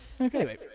Okay